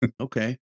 Okay